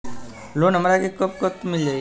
Loan हमरा के कब तक मिल जाई?